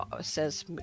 says